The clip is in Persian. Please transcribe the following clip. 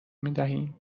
میدهیم